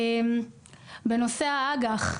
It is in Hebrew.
בנושא האג"ח,